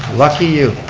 lucky you.